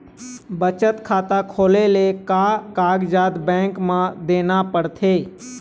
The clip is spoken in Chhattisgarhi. बचत खाता खोले ले का कागजात बैंक म देना पड़थे?